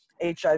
HIV